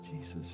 Jesus